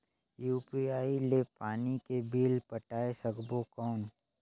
UPI ले पानी के बिल पटाय सकबो कौन?